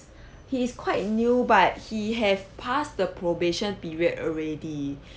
he is quite new but he have passed the probation period already